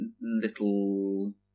Little